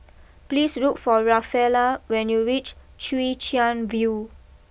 please look for Rafaela when you reach Chwee Chian view